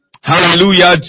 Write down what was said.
Hallelujah